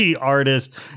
artist